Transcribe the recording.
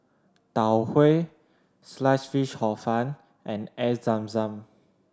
Tau Huay Sliced Fish Hor Fun and Air Zam Zam